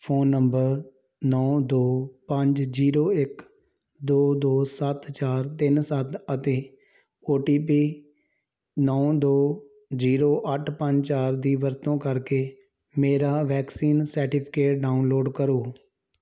phone number ਨੌਂ ਦੋ ਪੰਜ ਜੀਰੋ ਇੱਕ ਦੋ ਦੋ ਸੱਤ ਚਾਰ ਤਿੰਨ ਸੱਤ ਅਤੇ ਓ ਟੀ ਪੀ ਨੌਂ ਦੋ ਜੀਰੋ ਅੱਠ ਪੰਜ ਚਾਰ ਦੀ ਵਰਤੋਂ ਕਰਕੇ ਮੇਰਾ ਵੈਕਸੀਨ ਸਰਟੀਫਿਕੇਟ ਡਾਊਨਲੋਡ ਕਰੋ